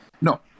No